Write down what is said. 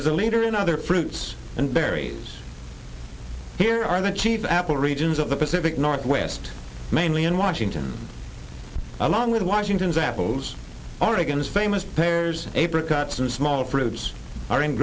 is a leader in other fruits and berries here are the chief apple regions of the pacific northwest mainly in washington along with washington's apples oregon's famous pears apricot and small fruits are in